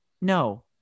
no